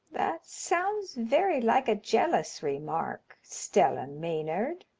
that sounds very like a jealous remark, stella maynard,